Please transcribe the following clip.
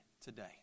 today